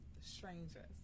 strangers